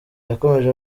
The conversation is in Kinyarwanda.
yakomeje